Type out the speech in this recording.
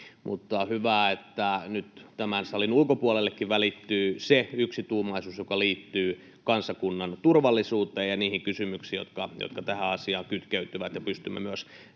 hyvä, että nyt tämän salin ulkopuolellekin välittyy se yksituumaisuus, joka liittyy kansakunnan turvallisuuteen ja niihin kysymyksiin, jotka tähän asiaan kytkeytyvät,